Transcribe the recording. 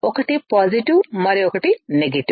ఒకటి పాజిటివ్ మరొకటి నెగెటివ్